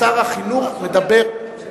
שר החינוך מדבר,